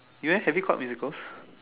un is having court physicals